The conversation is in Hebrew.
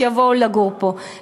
שיבואו לגור פה.